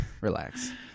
Relax